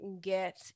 get